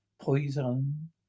poison